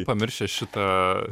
pamiršęs šitą